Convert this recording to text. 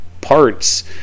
parts